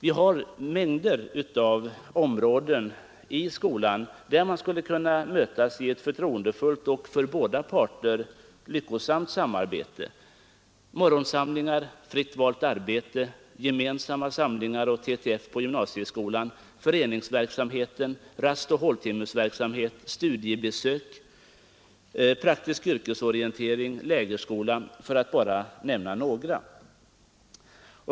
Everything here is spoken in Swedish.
Vi har mängder av områden i skolan där man skulle kunna mötas i ett förtroendefullt och för båda parter lyckosamt samarbete: morgonsamlingar, fritt valt arbete, gemensamma samlingar och Ttf på gymnasieskolan, föreningsverksamhet, rastoch håltimmesverksamhet, studiebesök, praktisk yrkesorientering, lägerskola, för att bara nämna några.